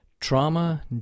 Trauma